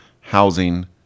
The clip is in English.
housing